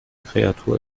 kreatur